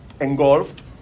engulfed